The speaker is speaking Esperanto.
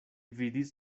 vidis